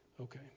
Okay